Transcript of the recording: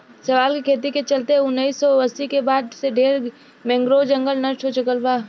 शैवाल के खेती के चलते उनऽइस सौ अस्सी के बाद से ढरे मैंग्रोव जंगल नष्ट हो चुकल बा